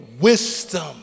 Wisdom